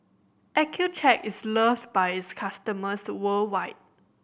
Accucheck is loved by its customers worldwide